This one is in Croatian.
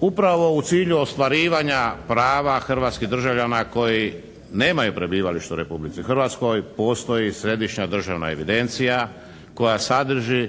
upravo u cilju ostvarivanja prava hrvatskih državljana koji nemaju prebivalište u Republici Hrvatskoj postoji središnja državna evidencija koja sadrži